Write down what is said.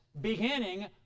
beginning